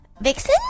Vixen